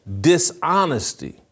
dishonesty